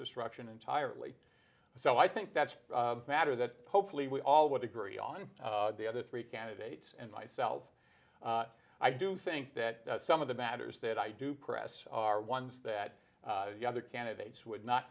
destruction entirely so i think that's a matter that hopefully we all would agree on the other three candidates and myself i do think that some of the matters that i do press are ones that the other candidates would not